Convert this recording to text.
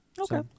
Okay